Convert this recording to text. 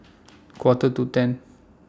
Quarter to ten